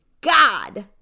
god